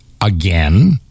again